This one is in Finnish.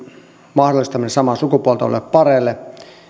mahdollistaminen samaa sukupuolta oleville pareille